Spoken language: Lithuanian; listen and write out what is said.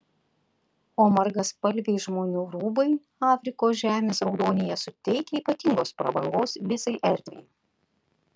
o margaspalviai žmonių rūbai afrikos žemės raudonyje suteikia ypatingos prabangos visai erdvei